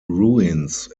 ruins